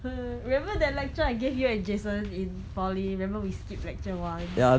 remember that lecture I gabe you and jason in poly remember we skipped lecture once